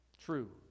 true